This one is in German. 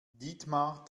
dietmar